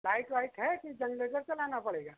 light वाईट है कि जगनेटर चलाना पड़ेगा